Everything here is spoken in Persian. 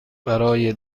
برای